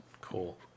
Cool